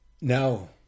No